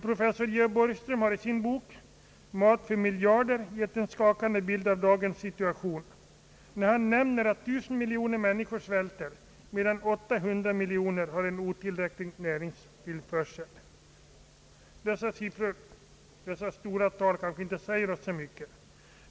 Professor Georg Borgström har i sin bok »Mat för miljarder» gett en skakande bild av dagens situation när han nämner att 1000 miljoner människor svälter medan 800 miljoner har en otillräcklig näringstillförsel. Dessa stora tal kanske inte säger oss så mycket.